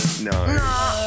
No